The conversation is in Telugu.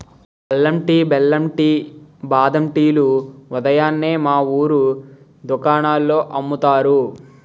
అల్లం టీ, బెల్లం టీ, బాదం టీ లు ఉదయాన్నే మా వూరు దుకాణాల్లో అమ్ముతారు